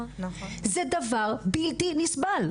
זה דבר בלתי נסבל.